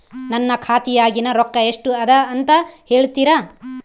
ನನ್ನ ಖಾತೆಯಾಗಿನ ರೊಕ್ಕ ಎಷ್ಟು ಅದಾ ಅಂತಾ ಹೇಳುತ್ತೇರಾ?